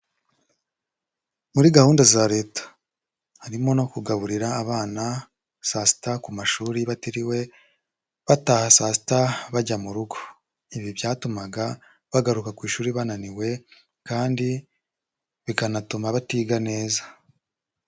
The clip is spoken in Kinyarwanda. Muri gahunda za Leta harimo no kugaburira abana saa sita ku mashuri batiriwe bataha saa sita bajya mu rugo, ibi byatumaga bagaruka ku ishuri bananiwe kandi bikanatuma batiga neza.